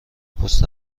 پست